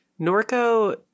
norco